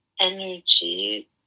energy